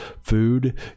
food